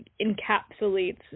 encapsulates